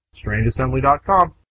strangeassembly.com